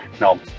No